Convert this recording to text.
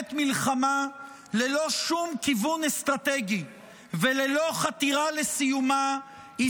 מתנהלת מלחמה ללא שום כיוון אסטרטגי וללא חתירה לסיומה היא